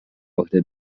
عهده